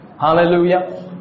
Hallelujah